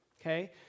okay